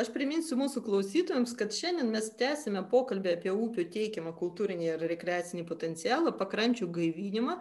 aš priminsiu mūsų klausytojams kad šiandien mes tęsiame pokalbį apie upių teikiamą kultūrinį ir rekreacinį potencialą pakrančių gaivinimą